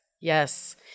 Yes